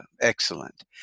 excellent